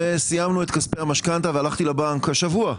וסיימנו את כספי המשכנתה והלכתי לבנק השבוע,